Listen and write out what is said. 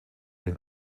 den